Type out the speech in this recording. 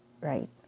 right